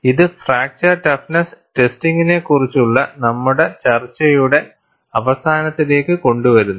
ഇത് fracture toughness ടെസ്റ്റിംഗിനെക്കുറിച്ചുള്ള നമ്മുടെ ചർച്ചയുടെ അവസാനത്തിലേക്ക് കൊണ്ടുവരുന്നു